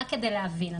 רק כדי להבין,